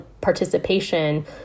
participation